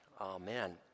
Amen